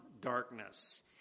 darkness